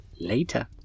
later